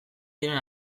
diren